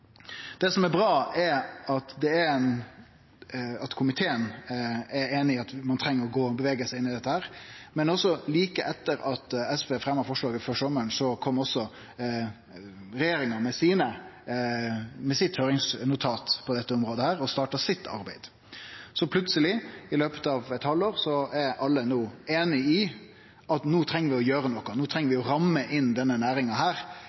Det som er bra, er at komiteen er einig i at ein treng å bevege seg inn i dette, men like etter at SV fremja dette forslaget før sommaren, kom regjeringa med eit høyringsnotat på dette området og starta arbeidet sitt. Plutseleg, i løpet av eit halvår, er alle einige om at vi no treng å gjere noko, no treng vi å ramme inn denne næringa.